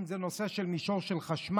אם זה במישור של חשמל,